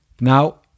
Now